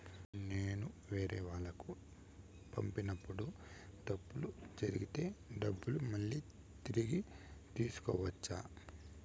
నేను వేరేవాళ్లకు పంపినప్పుడు తప్పులు జరిగితే డబ్బులు మళ్ళీ తిరిగి తీసుకోవచ్చా?